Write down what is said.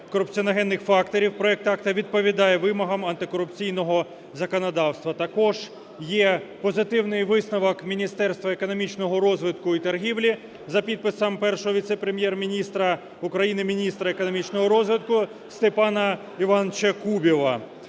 корупціоногенних факторів, проект акту відповідає вимогам антикорупційного законодавства. Також є позитивний висновок Міністерства економічного розвитку і торгівлі за підписом Першого віце-прем'єр-міністра України - міністра економічного розвитку Степана Івановича Кубіва.